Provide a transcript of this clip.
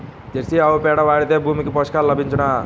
Jersey ఆవు పేడ వాడితే భూమికి పోషకాలు లభించునా?